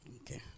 Okay